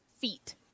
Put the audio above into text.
feet